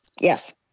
Yes